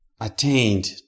attained